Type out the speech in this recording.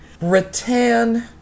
rattan